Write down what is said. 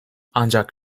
ancak